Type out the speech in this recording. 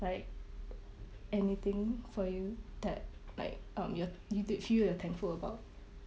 like anything for you that like um ya you feel you're thankful about